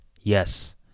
Yes